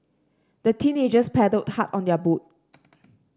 the teenagers paddled hard on their boat